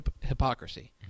hypocrisy